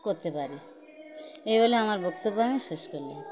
করতে পারি এই বলে আমার বক্তব্য আমি শেষ করলাম